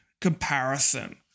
comparison